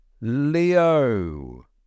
Leo